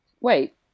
Wait